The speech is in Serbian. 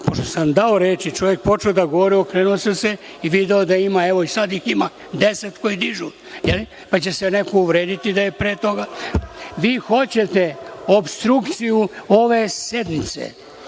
pošto sam dao reč i čovek je počeo da govori, okrenuo sam se i video da ima, evo, i sada ih ima deset koji dižu, pa će se neko uvrediti. Vi hoćete opstrukciju ove sednice.